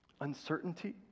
uncertainty